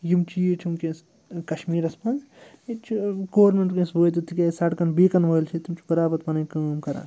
یِم چیٖز چھِ وُنکیٚس کَشمیٖرَس منٛز ییٚتہِ چھِ گورمیٚنٛٹ وُنکیٚس وٲتِتھ تِکیٛازِ سَڑکَن بیٖکَن وٲلۍ چھِ تِم چھِ برابر پَنٕنۍ کٲم کَران